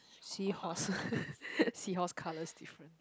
seahorse seahorse colors different